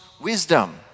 Wisdom